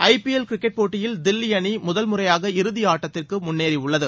ஐ P L cricket போட்டியில் தில்வி அணி முதன்முறையாக இறுதியாட்டத்திற்கு முன்னேறியுள்ளது